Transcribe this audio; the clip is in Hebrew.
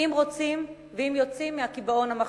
אם רוצים ואם יוצאים מהקיבעון המחשבתי.